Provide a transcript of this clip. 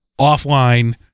offline